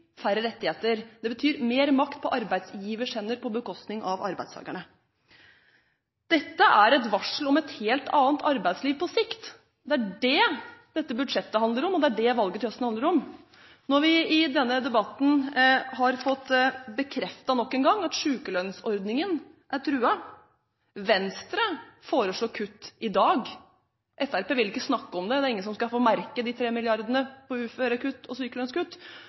færre rettigheter, det betyr mer makt på arbeidsgivers hender på bekostning av arbeidstakerne. Dette er et varsel om et helt annet arbeidsliv på sikt. Det er det dette budsjettet handler om, og det er det valget til høsten handler om. Når vi i denne debatten har fått bekreftet nok en gang at sykelønnsordningen er truet – Venstre foreslår kutt i dag, Fremskrittspartiet vil ikke snakke om det, det er ingen som skal få merke de 3 mrd. kr på uførekutt og sykelønnskutt,